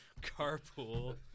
carpool